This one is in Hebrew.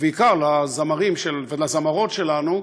ובעיקר לזמרים ולזמרות שלנו,